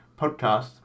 podcast